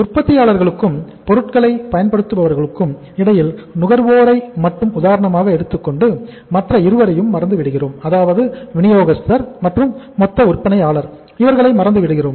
உற்பத்தியாளர்களுக்கும் பொருட்களை பயன்படுத்துபவர்களுக்கும் இடையில் நுகர்வோரை மட்டும் உதாரணமாக எடுத்துக் கொண்டு மற்ற இருவரையும் மறந்து விடுகிறோம் அதாவது விநியோகஸ்தர் மற்றும் மொத்த விற்பனையாளர் இவர்களை மறந்துவிடுகிறோம்